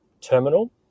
terminal